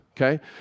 Okay